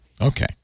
Okay